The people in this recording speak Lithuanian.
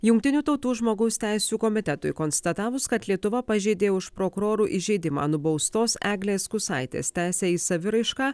jungtinių tautų žmogaus teisių komitetui konstatavus kad lietuva pažeidė už prokurorų įžeidimą nubaustos eglės kusaitės teisę į saviraišką